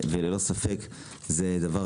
ללא ספק זה דבר